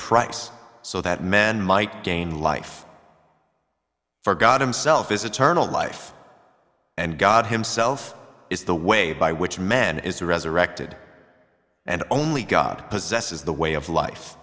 price so that men might gain life for god himself is eternal life and god himself is the way by which men is resurrected and only god possesses the way of life